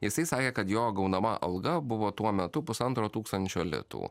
jisai sakė kad jo gaunama alga buvo tuo metu pusantro tūkstančio litų